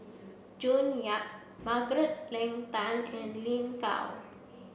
June Yap Margaret Leng Tan and Lin Gao